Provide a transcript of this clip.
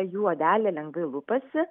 jų odelė lengvai lupasi